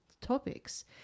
topics